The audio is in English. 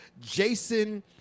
Jason